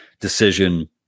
decision